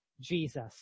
Jesus